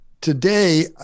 today